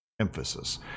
Emphasis